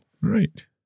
Right